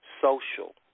social